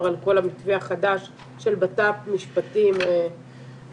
על כל המתווה החדש של בט"פ-משפטים וספורט